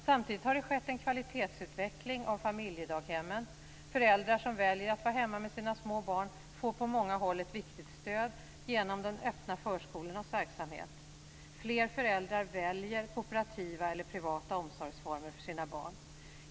Samtidigt har det skett en kvalitetsutveckling av familjedaghemmen, föräldrar som väljer att vara hemma med sina små barn får på många håll ett viktigt stöd genom de öppna förskolornas verksamhet, och fler föräldrar väljer kooperativa eller privata omsorgsformer för sina barn.